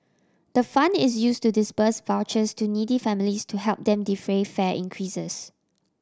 the fund is used to disburse vouchers to needy families to help them defray fare increases